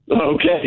Okay